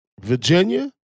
Virginia